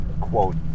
quote